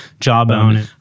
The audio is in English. Jawbone